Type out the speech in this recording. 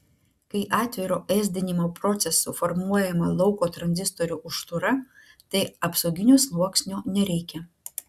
kai atviro ėsdinimo procesu formuojama lauko tranzistorių užtūra tai apsauginio sluoksnio nereikia